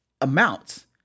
amounts